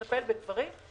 לטפל בגברים,